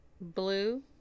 blue